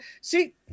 see